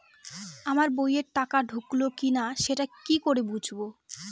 আমার বইয়ে টাকা ঢুকলো কি না সেটা কি করে বুঝবো?